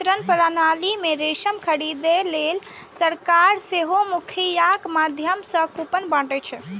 जन वितरण प्रणाली मे राशन खरीदै लेल सरकार सेहो मुखियाक माध्यम सं कूपन बांटै छै